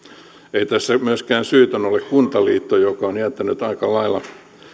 ei tässä myöskään syytön ole kuntaliitto joka on jättänyt aika lailla